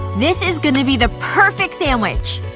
this is going to be the perfect sandwich